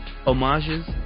homages